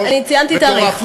אני ציינתי תאריך,